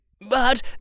But